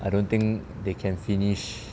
I don't think they can finish